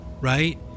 right